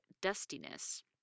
dustiness